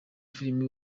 filime